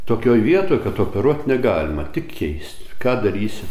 tokioj vietoj kad operuot negalima tik keist ką darysi